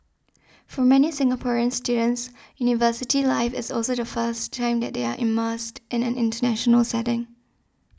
for many Singaporean students university life is also the first time that they are immersed in an international setting